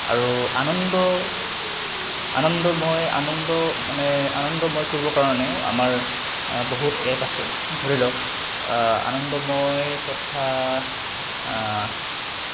আৰু আনন্দ আনন্দময় আনন্দ মানে আনন্দময় কৰিবৰ কাৰণেও আমাৰ বহুত এপ আছে ধৰি লওক আনন্দময় তথা